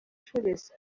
scholes